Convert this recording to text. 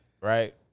right